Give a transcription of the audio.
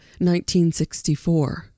1964